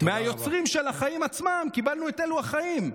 מהיוצרים של "החיים עצמם" קיבלנו את "אלו החיים".